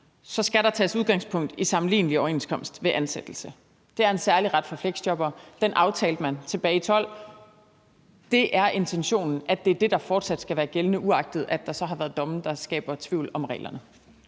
skal der tages udgangspunkt i sammenlignelig overenskomst ved ansættelse. Det er en særlig ret for fleksjobbere, og den aftalte man tilbage i 2012. Det er intentionen, at det er det, der fortsat skal være gældende, uagtet at der så har været domme, der skaber tvivl om reglerne.